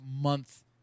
month